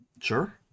Sure